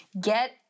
Get